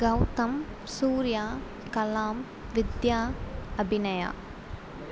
Gautham Surya Kalam Vidya Abhinaya